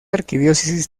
arquidiócesis